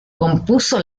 compuso